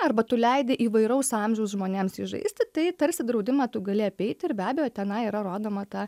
arba tu leidi įvairaus amžiaus žmonėms jį žaisti tai tarsi draudimą tu gali apeiti ir be abejo tenai yra rodoma ta